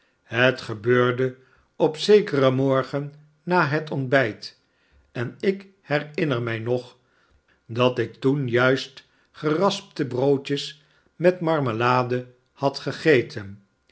het gebeurde op zekeren morgen na het ontbijt en ik herinner mij nog dat ik toen juist geraspte broodjes met marmelade had gegeten